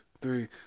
three